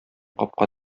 капка